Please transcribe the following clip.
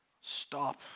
stop